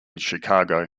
chicago